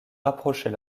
rapprocher